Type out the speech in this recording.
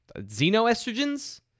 Xenoestrogens